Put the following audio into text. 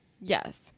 Yes